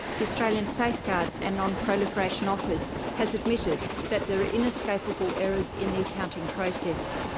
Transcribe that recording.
the australian safeguards and non proliferation office has admitted that there are inescapable errors in the accounting process.